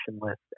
list